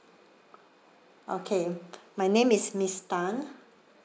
okay my name is miss tan